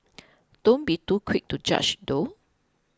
don't be too quick to judge though